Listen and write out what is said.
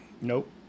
Nope